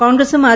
കോൺഗ്രസും ആർ